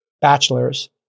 bachelor's